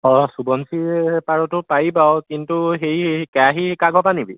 অঁ সোৱণশিৰি পাৰতো পাৰি বাৰু কিন্তু হেৰি কেৰাহী কাৰ ঘৰৰপৰা নিবি